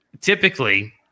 typically